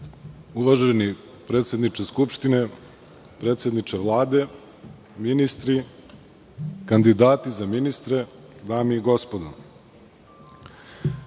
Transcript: Uvaženi predsedniče Skupštine, predsedniče Vlade, ministri, kandidati za ministre, dame i gospodo,